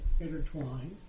intertwined